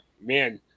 Man